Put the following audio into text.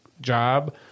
job